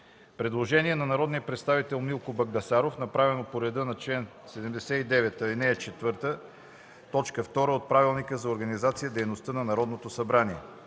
Предложение на народния представител Милко Багдасаров, направено по реда на чл. 79, ал. 4, т. 2 от Правилника за организацията и дейността на Народното събрание.